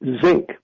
zinc